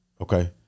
Okay